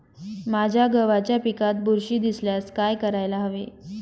माझ्या गव्हाच्या पिकात बुरशी दिसल्यास काय करायला हवे?